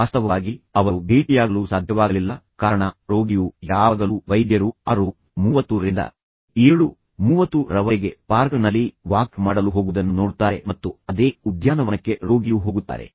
ವಾಸ್ತವವಾಗಿ ಅವರು ಭೇಟಿಯಾಗಲು ಸಾಧ್ಯವಾಗಲಿಲ್ಲ ಕಾರಣ ಇದು ರೋಗಿಯು ಯಾವಾಗಲೂ ವೈದ್ಯರು 630 ರಿಂದ 730 ರವರೆಗೆ ಪಾರ್ಕ್ನಲ್ಲಿ ವಾಕ್ ಮಾಡಲು ಹೋಗುವುದನ್ನು ನೋಡುತ್ತಾರೆ ಮತ್ತು ಅದೇ ಉದ್ಯಾನವನಕ್ಕೆ ರೋಗಿಯೂ ಹೋಗುತ್ತಾರೆ